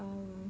um